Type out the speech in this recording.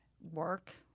work